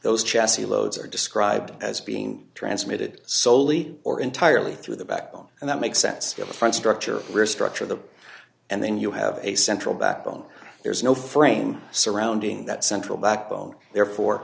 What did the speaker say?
those chassis loads are described as being transmitted soley or entirely through the backbone and that makes sense from structure restructure the and then you have a central backbone there is no frame surrounding that central backbone therefore